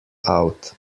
out